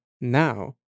now